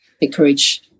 encourage